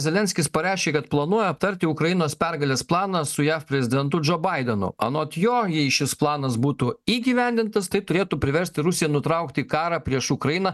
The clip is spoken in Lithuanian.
zelenskis pareiškė kad planuoja aptarti ukrainos pergalės planą su jav prezidentu džo baidenu anot jo jai šis planas būtų įgyvendintas tai turėtų priversti rusiją nutraukti karą prieš ukrainą